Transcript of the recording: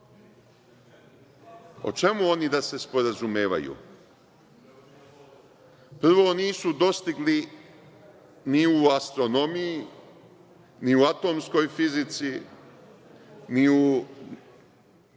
O čemu oni da se sporazumevaju? Prvo, nisu dostigli ni u astronomiji, ni u atomskoj fizici, ni u